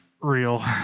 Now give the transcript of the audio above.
real